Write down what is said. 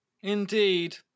Indeed